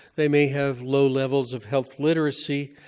they may have low levels of health literacy,